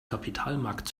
kapitalmarkt